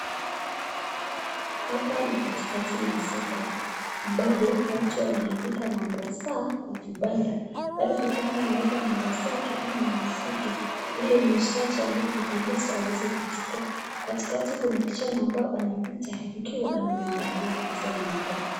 Hapa ni katikati la soko ambapo watu wameanika manguo zao kwa kibanda. Kwa hii kibanda ameweka manguo zake ama mali zake ili muujazi ambaye angependezwa aweze kuchukua katikati kuna kijana anapita akiwa ameangalia hizo manguo.